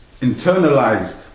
internalized